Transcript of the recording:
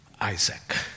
Isaac